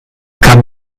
kann